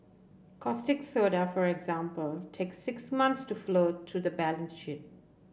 caustic soda for example take six months to flow through to the balance sheet